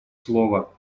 слово